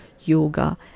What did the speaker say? yoga